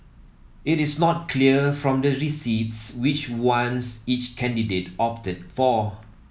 it is not clear from the receipts which ones each candidate opted for